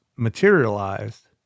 materialized